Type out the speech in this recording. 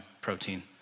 protein